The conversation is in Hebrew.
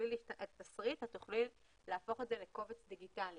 את התשריט, את תוכלי להפוך את זה לקובץ דיגיטלי